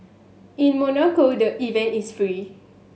in Monaco the event is free